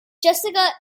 jessica